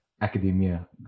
academia